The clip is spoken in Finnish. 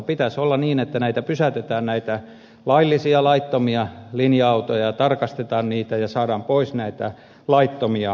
pitäisi olla niin että näitä laillisia ja laittomia linja autoja pysäytetään ja tarkastetaan niitä ja saadaan pois näitä laittomia kuljettajia